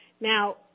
Now